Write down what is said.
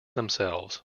themselves